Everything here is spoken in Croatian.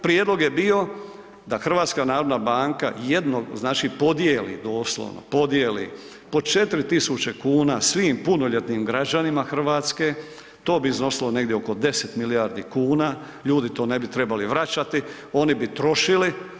Prijedlog je bio da HNB podijeli doslovno podijeli po 4.000 kuna svim punoljetnim građanima Hrvatske to bi iznosilo negdje oko 10 milijardi kuna, ljudi to ne bi trebali vraćati, oni bi trošili.